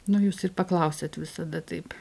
nu jūs ir paklausiat visada taip